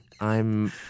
I'm-